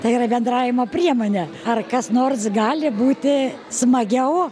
tai yra bendravimo priemonė ar kas nors gali būti smagiau